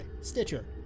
Stitcher